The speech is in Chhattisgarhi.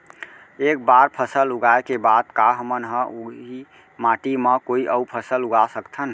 एक बार फसल उगाए के बाद का हमन ह, उही माटी मा कोई अऊ फसल उगा सकथन?